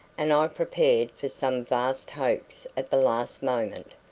and i prepared for some vast hoax at the last moment.